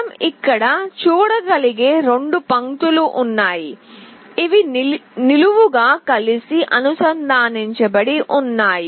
మనం ఇక్కడ చూడగలిగే 2 పంక్తులు ఉన్నాయి ఇవి నిలువుగా కలిసి అనుసంధానించబడి ఉన్నాయి